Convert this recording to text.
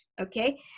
okay